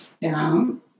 down